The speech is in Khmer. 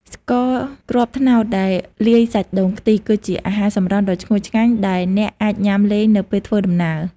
ស្ករគ្រាប់ត្នោតដែលលាយសាច់ដូងខ្ទិះ គឺជាអាហារសម្រន់ដ៏ឈ្ងុយឆ្ងាញ់ដែលអ្នកអាចញ៉ាំលេងនៅពេលធ្វើដំណើរ។